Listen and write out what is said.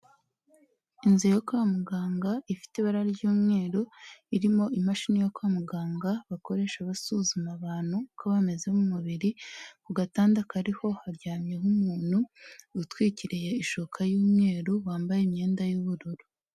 Inzu yo kwa muganga ifite ibara ry'umweru irimo imashini yo kwa muganga bakoresha basuzuma abantu uko bameze mu mubiri, ku gatanda kariho haryamyeho umuntu utwikiriye ishuka y'umweru wambaye imyenda y'ubururu.